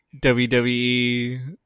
WWE